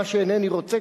מה שאינני רוצה,